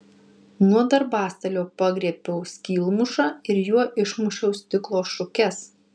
nuo darbastalio pagriebiau skylmušą ir juo išmušiau stiklo šukes